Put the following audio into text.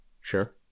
Sure